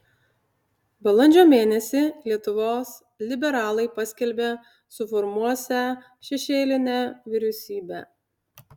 balandžio mėnesį lietuvos liberalai paskelbė suformuosią šešėlinę vyriausybę